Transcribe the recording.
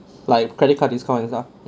like credit card discount and stuff